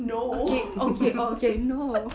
no